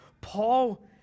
Paul